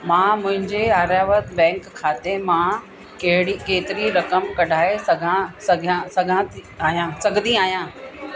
मां मुंहिंजे आर्यावत बैंक खाते मां कहिड़ी केतिरी रक़म कढाए सघां सघियां सघां थी आहियां सघंदी आहियां